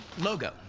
Logo